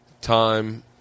time